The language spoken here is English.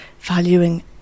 valuing